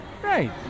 right